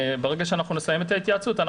ברגע שנסיים את ההתייעצות,